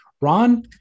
Ron